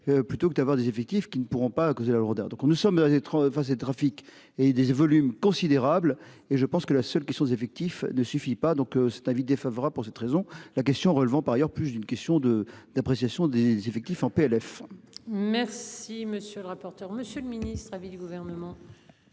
plutôt que d'avoir des effectifs qui ne pourront pas à cause de la lourdeur. Donc nous sommes dans être enfin ces trafics et des volumes considérables et je pense que la seule question d'effectifs ne suffit pas. Donc cet avis défavorable pour cette raison, la question relevant par ailleurs plus d'une question de d'appréciation des effectifs en PLF. Merci monsieur le rapporteur. Monsieur le ministre. Avis du gouvernement.